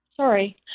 Sorry